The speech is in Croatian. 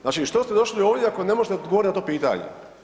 Znači što ste došli ovdje ako ne možete odgovoriti na to pitanje?